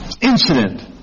incident